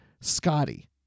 Scotty